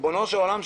ריבונו של עולם,